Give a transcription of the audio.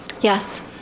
Yes